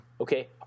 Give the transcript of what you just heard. okay